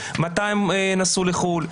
מתי הם נסעו לחו"ל,